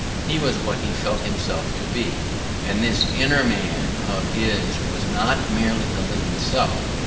he was what he felt himself to be and this inner man of his was not merely the living self,